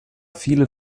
viele